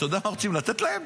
אתה יודע מה רוצים לתת להם?